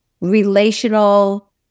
relational